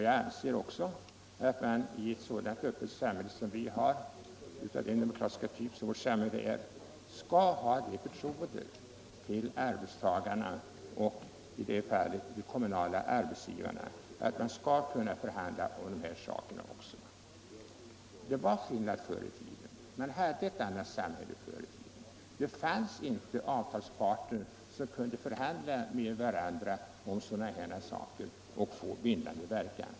Jag anser att man i ett så öppet och demokratiskt samhälle som vårt skall kunna anförtro arbetstagarna och — i det här fallet — de kommunala arbetsgivarna att förhandla också om dessa ting. Det var skillnad förr i tiden, då vi hade ett annat samhälle. Då fanns inte avtalspartner som kunde förhandla med varandra om rättigheter och skyldigheter med bindande verkan.